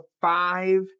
five